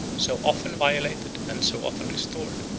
so often violated and so often restored,